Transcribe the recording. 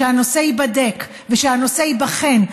שהנושא ייבדק ושהנושא ייבחן,